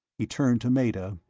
he turned to meta,